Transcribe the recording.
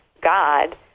God